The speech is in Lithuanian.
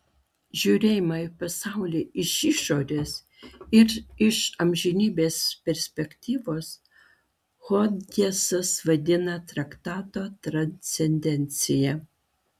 žiūrėjimą į pasaulį iš išorės ir iš amžinybės perspektyvos hodgesas vadina traktato transcendencija